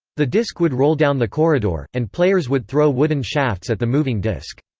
the disk would roll down the corridor, and players would throw wooden shafts at the moving disk.